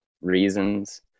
reasons